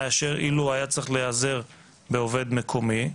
מאשר אילו היה צריך להיעזר בעובד מקומי,